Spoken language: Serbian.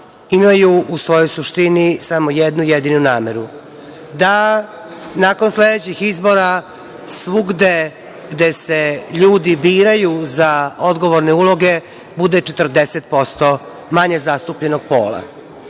imaju u svojoj suštini samo jednu jedinu nameru da nakon sledećih izbora svugde gde se ljudi biraju za odgovorne uloge bude 40% manje zastupljenog pola.